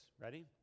Ready